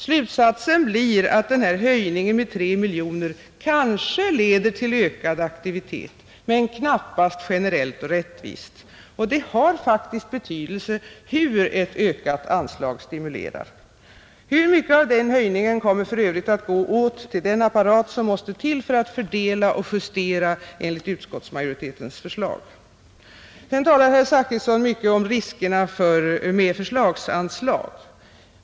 Slutsatsen blir att den här höjningen med 3 miljoner kanske leder till ökad aktivitet, men knappast generellt och rättvist. Och det har faktiskt betydelse hur ett ökat anslag stimulerar, Hur mycket av den höjningen kommer för övrigt att gå åt till den apparat som måste till för att fördela och justera enligt utskottsmajoritetens förslag? Sedan talade herr Zachrisson mycket om riskerna med förslagsanslag.